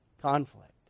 Conflict